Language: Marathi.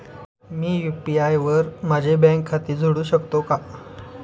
मी यु.पी.आय वर माझे बँक खाते जोडू शकतो का?